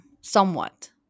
Somewhat